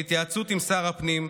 בהתייעצות עם שר הפנים,